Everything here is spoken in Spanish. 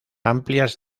amplias